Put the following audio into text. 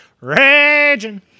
raging